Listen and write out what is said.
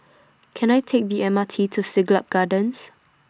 Can I Take The M R T to Siglap Gardens